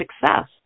success